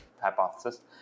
hypothesis